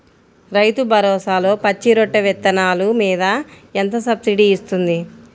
రైతు భరోసాలో పచ్చి రొట్టె విత్తనాలు మీద ఎంత సబ్సిడీ ఇస్తుంది?